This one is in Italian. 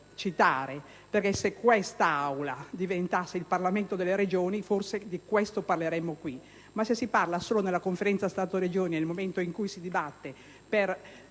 citare perché se quest'Assemblea diventasse il Parlamento delle Regioni forse di questo parleremmo. Se se ne parla solo nella Conferenza Stato‑ Regioni nel momento in cui dibatte